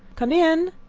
come in,